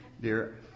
dear